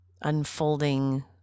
unfolding